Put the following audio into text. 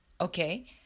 Okay